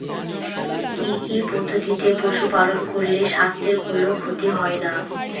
কি কি পদ্ধতিতে পশু পালন করলে স্বাস্থ্যের কোন ক্ষতি হয় না?